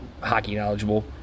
hockey-knowledgeable